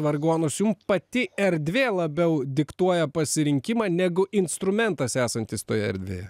vargonus jum pati erdvė labiau diktuoja pasirinkimą negu instrumentas esantis toje erdvėje